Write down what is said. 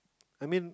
I mean